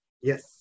Yes